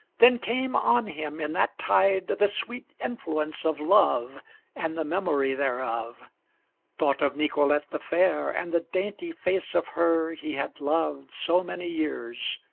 then came on him in that tide, the sweet influence of love and the memory thereof thought of nicolete the fair, and the dainty face of her he had loved so many years,